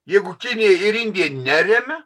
jeigu kinija ir indija neremia